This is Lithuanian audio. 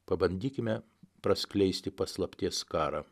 pabandykime praskleisti paslapties skarą